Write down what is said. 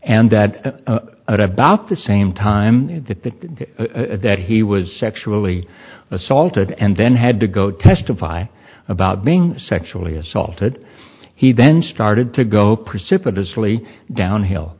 and that at about the same time that the that he was sexually assaulted and then had to go testify about being sexually assaulted he then started to go precipitously downhill